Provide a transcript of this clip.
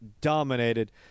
dominated